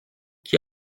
qui